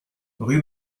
rue